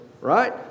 Right